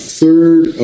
third